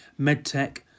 Medtech